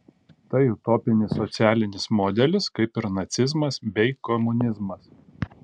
tai utopinis socialinis modelis kaip ir nacizmas bei komunizmas